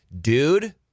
dude